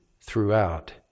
throughout